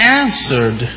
answered